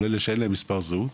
אבל אלה שאין להם מספר זהות,